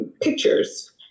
pictures